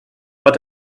but